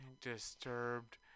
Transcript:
disturbed